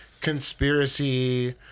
conspiracy